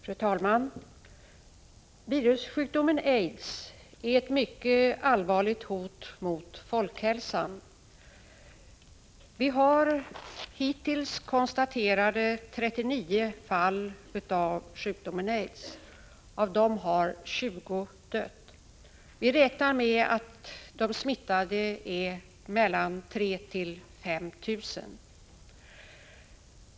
Fru talman! Virussjukdomen aids är ett mycket allvarligt hot mot folkhälsan. Vi har hittills konstaterat 39 fall av sjukdomen aids. Av dessa 39 personer har 20 dött. Vi räknar med att de smittades antal är mellan 3 000 och 5 000.